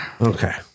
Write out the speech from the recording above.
Okay